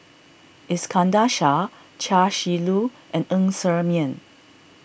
Iskandar Shah Chia Shi Lu and Ng Ser Miang